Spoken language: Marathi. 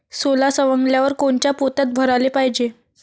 सोला सवंगल्यावर कोनच्या पोत्यात भराले पायजे?